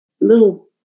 little